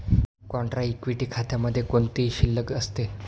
Contra equity खात्यामध्ये कोणती शिल्लक असते?